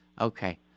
Okay